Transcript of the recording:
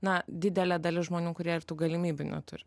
na didelė dalis žmonių kurie ir tų galimybių neturi